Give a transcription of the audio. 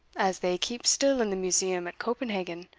as they keep still in the museum at copenhagen,